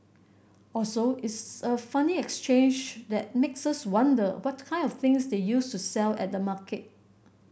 also it's a funny exchange that makes us wonder what kind of things they used to sell at the market